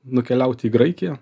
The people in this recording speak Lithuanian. nukeliauti į graikiją